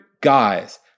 guys